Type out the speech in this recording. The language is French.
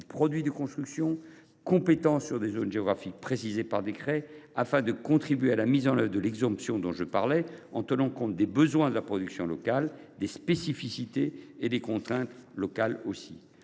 référentiels construction, compétents dans des zones géographiques précisées par décret, afin de contribuer à la mise en œuvre de l’exemption que j’évoquais, en tenant compte des besoins de la production, ainsi que des spécificités et des contraintes locales.